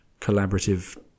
collaborative